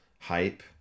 hype